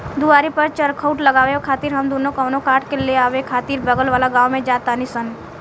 दुआरी पर चउखट लगावे खातिर हम दुनो कवनो काठ ले आवे खातिर बगल वाला गाँव में जा तानी सन